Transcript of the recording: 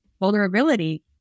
vulnerability